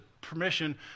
permission